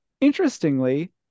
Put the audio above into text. Interestingly